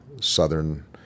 southern